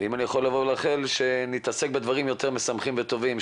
ואם אני יכול לאחל שנתעסק בדברים יותר משמחים וטובים,